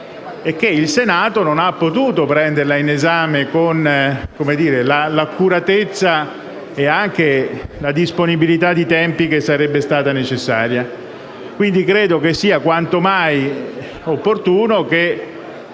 e che il Senato non ha potuto prenderlo in esame con l'accuratezza e anche la disponibilità di tempi che sarebbero state necessarie. Credo, quindi, sia quanto mai opportuno che